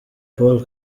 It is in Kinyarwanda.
paul